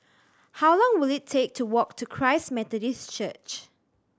how long will it take to walk to Christ Methodist Church